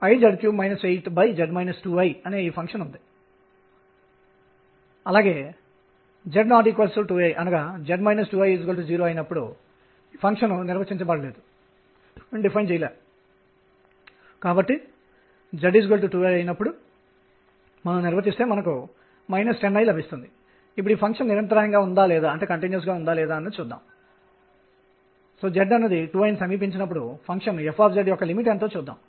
మీకు ఒక ఉదాహరణను ఇస్తాను ఒక కణం 2 D ప్రపంచంలో కదులుతుంది అనుకుంటే శక్తి E 12mṙ2గా ఇవ్వబడుతుంది ఇక్కడ r అనేది దూరం ప్లస్ 12mr2ϕ ̇2 ఇక్కడ అనేది x అక్షం తో చేసే కోణం